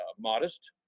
modest